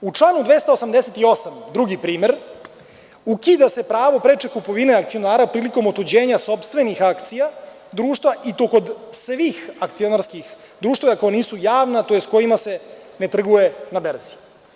U članu 288, drugi primer, ukida se pravo preče kupovine akcionara prilikom otuđenja sopstvenih akcija društva i to kod svih akcionarskih društava koja nisu javna tj. kojima se ne trguje na berzi.